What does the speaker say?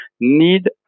need